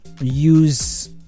use